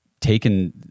taken